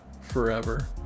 forever